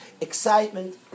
excitement